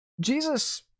Jesus